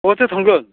बहाथो थांगोन